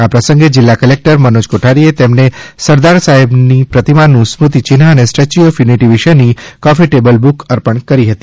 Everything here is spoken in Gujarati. આ પ્રસંગે જિલ્લા કલેક્ટર મનોજ કોઠારીએ તેમને સરદાર સાહેબની પ્રતિમાનું સ્મૃતિ ચિન્હ અને સ્ટેચ્યુ ઓફ યુનિટી વિશેની કોફી ટેબલ બુક અર્પણ કરી હતી